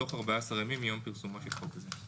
בתוך 14 ימים מיום פרסומו של חוק זה.